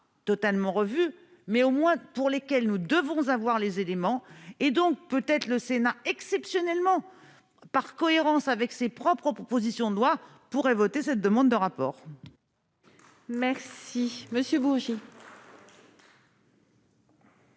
totalement revu, mais au moins, pour lesquels nous devons avoir les éléments et donc peut-être le Sénat exceptionnellement par cohérence avec ses propres propositions de loi pourrait voter cette demande de rapport. Merci monsieur Bush.